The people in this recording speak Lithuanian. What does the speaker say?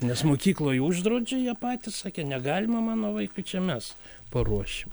nes mokykloj uždraudžia jie patys sakė negalima mano vaikui čia mes paruošim